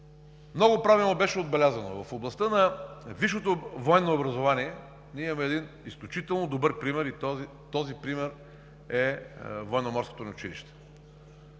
Много правилно беше отбелязано: в областта на висшето военно образование ние имаме един изключително добър пример и този пример е